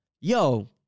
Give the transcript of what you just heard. yo